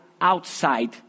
outside